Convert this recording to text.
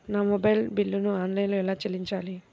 నా మొబైల్ బిల్లును ఆన్లైన్లో ఎలా చెల్లించాలి?